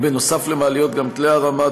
נוסף על מעליות גם כלי הרמה,